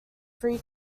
three